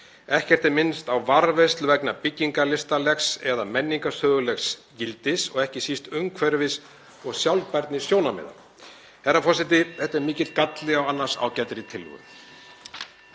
Ekkert er minnst á varðveislu vegna byggingarlistarlegs eða menningarsögulegs gildis og ekki síst umhverfis- og sjálfbærnisjónarmiða. Herra forseti. Þetta er mikill galli á annars ágætri tillögu.